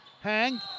Hang